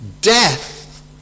Death